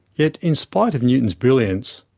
yet in spite of newton's brilliance,